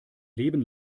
leben